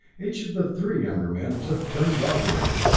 each of the three younger men took turns operating,